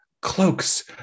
cloaks